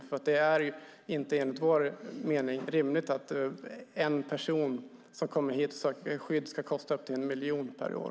Enligt vår mening är det inte rimligt att en person som kommer hit och som söker skydd här ska kosta upp till 1 miljon kronor per år.